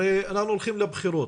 הרי אנחנו הולכים לבחירות,